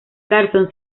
carson